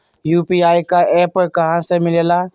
UPI का app कहा से मिलेला?